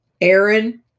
Aaron